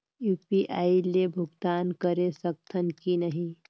UPI ले भुगतान करे सकथन कि नहीं?